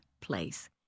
place